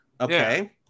Okay